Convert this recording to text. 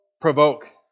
provoke